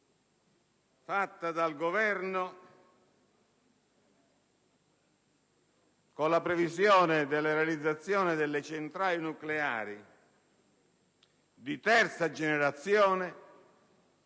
fatta dal Governo con la previsione della realizzazione delle centrali nucleari di terza generazione,